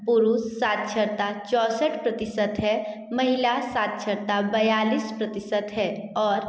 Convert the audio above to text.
पुरुष साक्षरता चौसठ प्रतिशत है महिला साक्षरता बयालीस प्रतिशत है और